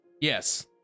Yes